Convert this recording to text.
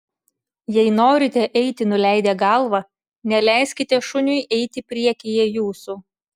jei norite eiti nuleidę galvą neleiskite šuniui eiti priekyje jūsų